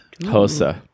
hosa